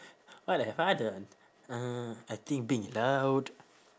what have I done uh I think being loud